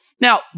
Now